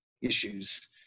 Issues